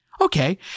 Okay